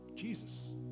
Jesus